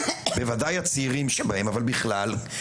בוודאי הצעירים שבהם אבל בכלל,